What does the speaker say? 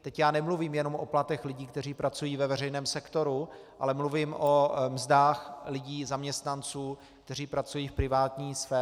Teď nemluvím jenom o platech lidí, kteří pracují ve veřejném sektoru, ale mluvím o mzdách lidí, zaměstnanců, kteří pracují v privátní sféře.